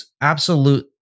absolute